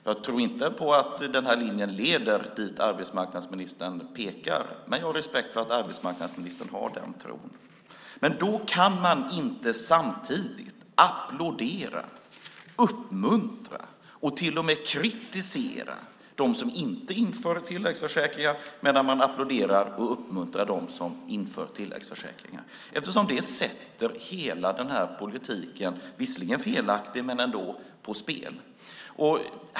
Jag tror inte på att den här linjen leder dit arbetsmarknadsministern pekar, men jag har respekt för att arbetsmarknadsministern har den tron. Men man kan inte samtidigt kritisera dem som inte inför tilläggsförsäkringar medan man applåderar och uppmuntrar dem som inför tilläggsförsäkringar eftersom det sätter hela den här politiken - som visserligen är felaktig - på spel.